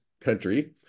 country